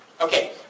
Okay